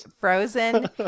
Frozen